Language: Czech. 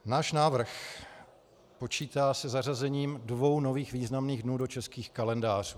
Náš návrh počítá se zařazením dvou nových významných dnů do českých kalendářů.